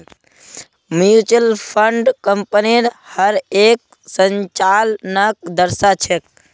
mutual fund कम्पनीर हर एक संचालनक दर्शा छेक